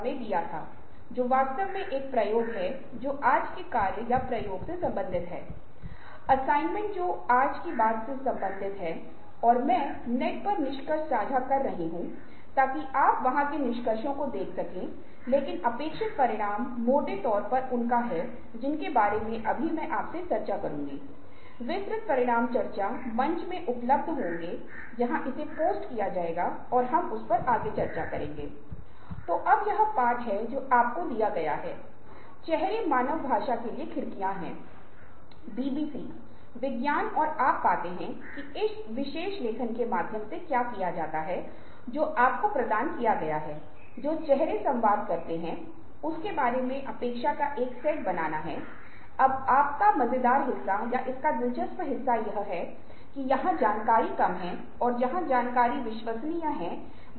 तदनुसार वह व्यक्ति अपनी भावनाओं को विश्लेषण तर्क समस्या को सुलझाने और निर्णय लेने में शामिल कर सकता है जो मुख्य रूप से हैं ये मुख्य रूप से प्रकृति में संज्ञानात्मक हैं और भावनाओं की क्षमता आपको मार्गदर्शन करेगी कि आपके लिए क्या महत्वपूर्ण है और आप इसके बारे में कैसे सोचते हैं और महसूस करते हैं